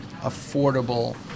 affordable